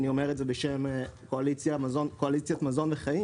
אני אומר את זה בשם קואליציית "מזון וחיים",